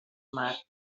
mar